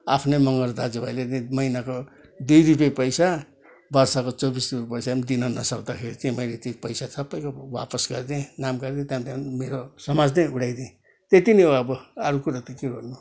आफ्नै मगर दाजुभाइले चाहिँ महिनाको दुई रुपियाँ पैसा वर्षको चौबिस रुपियाँ पैसा पनि तिर्न नसक्दाखेरि चाहिँ मैले चाहिँ पैसा सबैको वापस गरिदिएँ नम गरे त्यहाँदेखि मेरो समाज नै उडाइदिएँ यत्ति नै हो अब अरू कुरा त के गर्नु